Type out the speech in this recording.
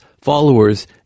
followers